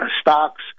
stocks